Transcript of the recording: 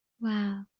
Wow